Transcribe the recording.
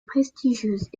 prestigieuse